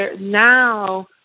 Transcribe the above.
now